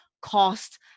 cost